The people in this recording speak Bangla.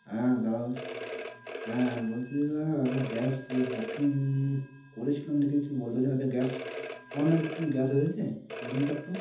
হ্যাঁ দাদা হ্যাঁ বলছি যে দাদা গ্যাস বুকিং করেছিলাম না কি ঠিক বলতে পারছি না আচ্ছা গ্যাস আমার নামে কি কোনো গ্যাস এসেছে দেখুন তো একটু